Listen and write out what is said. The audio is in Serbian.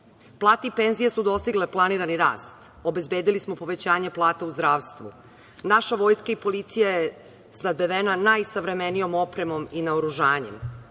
i penzije su dostigle planirani rast. Obezbedili smo povećanje plata u zdravstvu. Naša vojska i policija je snabdevena najsavremenijom opremom i naoružanjem.